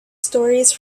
stories